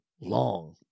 long